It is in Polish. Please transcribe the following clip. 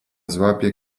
złapie